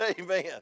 amen